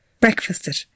breakfasted